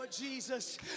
Jesus